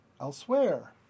elsewhere